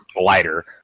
lighter